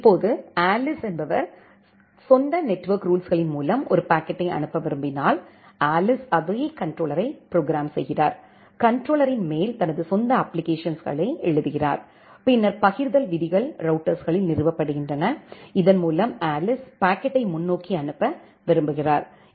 இப்போது ஆலிஸ் என்பவர் சொந்த நெட்வொர்க் ரூல்ஸுகளின் மூலம் ஒரு பாக்கெட்யை அனுப்ப விரும்பினால்ஆலிஸ் அதே கண்ட்ரோலர்யை ப்ரோக்ராம் செய்கிறார் கண்ட்ரோலர்யின் மேல் தனது சொந்த அப்ப்ளிகேஷன்ஸ்களை எழுதுகிறார் பின்னர் பகிர்தல் விதிகள் ரௌட்டர்ஸ்களில் நிறுவப்படுகின்றன இதன் மூலம் ஆலிஸ் பாக்கெட்யை முன்னோக்கி அனுப்ப விரும்புகிறார்